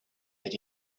that